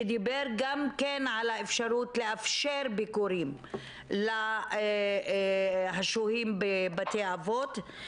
שדיבר גם כן על האפשרות לאפשר ביקורים לשוהים בבתי-אבות,